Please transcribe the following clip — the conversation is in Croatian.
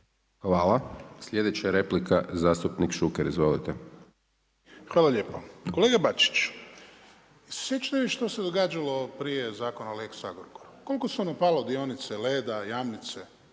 Hvala. Sljedeća replika zastupnik Šuker, izvolite. **Šuker, Ivan (HDZ)** Hvala lijepo. Kolega Bačić, jel' se sjećate vi što se događalo prije zakona o lex Agrokoru? Koliko su ono pale dionice Leda, Jamnice?